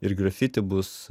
ir grafiti bus